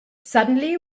suddenly